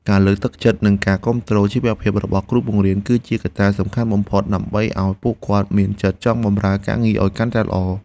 ការលើកទឹកចិត្តនិងការគាំទ្រជីវភាពរបស់គ្រូបង្រៀនគឺជាកត្តាសំខាន់បំផុតដើម្បីឱ្យពួកគាត់មានចិត្តចង់បម្រើការងារឱ្យកាន់តែល្អ។